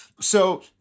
So-